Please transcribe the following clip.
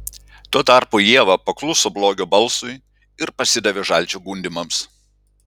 tuo tarpu ieva pakluso blogio balsui ir pasidavė žalčio gundymams